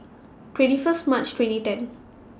twenty First March twenty ten